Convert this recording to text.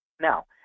now